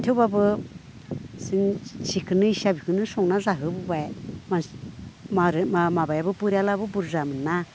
थेवब्लाबो जों जिखोनो इस्सा बेखोनो संना जाहोबोबाय मानसि मारो मा माबायाबो परियालाबो बुरजामोनना